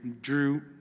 drew